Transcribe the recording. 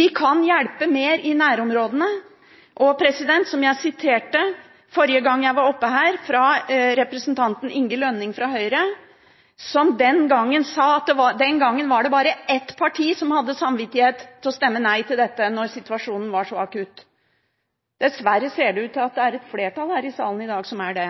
vi kan hjelpe mer i nærområdene. Forrige gang jeg var oppe her, siterte jeg daværende stortingsrepresentant Inge Lønning fra Høyre, som sa at under Kosovo-krigen var det bare ett parti som hadde samvittighet til å stemme nei når situasjonen var så akutt. Dessverre ser det i dag ut til at det er et flertall i salen som har det.